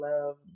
love